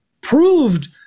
proved